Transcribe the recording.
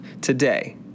today